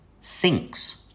sinks